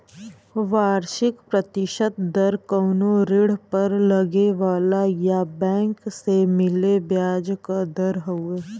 वार्षिक प्रतिशत दर कउनो ऋण पर लगे वाला या बैंक से मिले ब्याज क दर हउवे